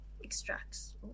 extracts